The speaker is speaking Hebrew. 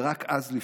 ורק אז לפעול.